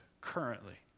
currently